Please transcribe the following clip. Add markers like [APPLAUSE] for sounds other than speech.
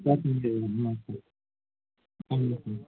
[UNINTELLIGIBLE] ஆமாங்க சார்